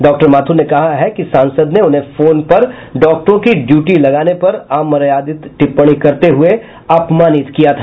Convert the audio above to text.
doctor Mathur ने कहा है कि सांसद ने उन्हें फोन पर डाक्टरों की ड्यूटी लगाने पर अमर्यादित टिप्पणी करते हुए अपमानित किया था